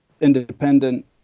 independent